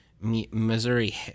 Missouri